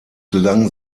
gelangen